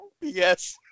Yes